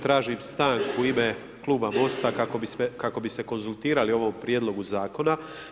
Tražim stanku u ime Kluba MOST-a, kako bi se konzultirali o ovom prijedlogu Zakona.